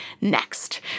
next